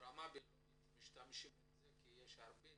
ברמה בינלאומית באמהרית כי יש הרבה